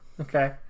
okay